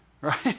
Right